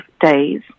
Days